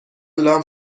لامپ